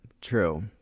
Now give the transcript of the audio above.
True